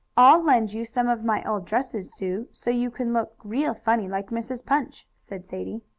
i'll lend you some of my old dresses, sue, so you can look real funny, like mrs. punch, said sadie.